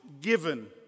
given